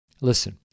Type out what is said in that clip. Listen